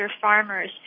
farmers